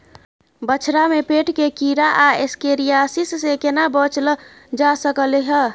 बछरा में पेट के कीरा आ एस्केरियासिस से केना बच ल जा सकलय है?